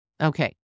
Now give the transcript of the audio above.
Okay